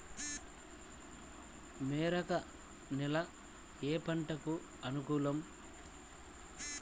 మెరక నేల ఏ పంటకు అనుకూలం?